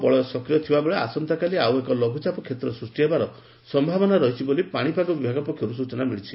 ପାଣିପାଗ ଉଉର ଥିବାବେଳେ ଆସନ୍ତାକାଲି ଆଉଏକ ଲଘୁଚାପ ଷେତ୍ର ସୃଷ୍ଟି ହେବାର ସ୍ୟାବନା ରହିଛି ବୋଲି ପାଶିପାଗ ବିଭାଗ ପକ୍ଷରୁ ସୂଚନା ମିଳିଛି